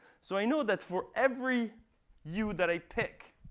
so i know that for every u that i pick